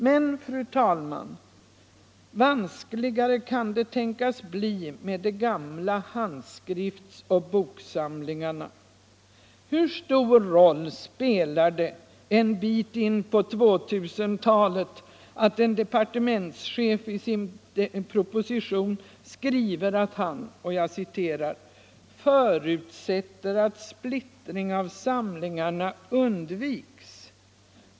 Men vanskligare kan det tänkas bli med de gamla handskrifts-och boksamlingarna. Hur stor roll spelar det en bit in på 2000-talet att en departementschef i sin proposition skriver att han ”förutsätter att splittring av samlingarna undviks”?